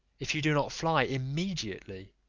if you do not fly immediately.